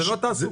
זה הוצג כאן.